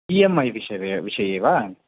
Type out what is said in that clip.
E M I विषये वा